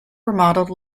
remodeled